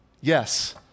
Yes